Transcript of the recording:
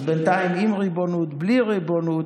אז בינתיים, עם ריבונות, בלי ריבונות,